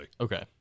Okay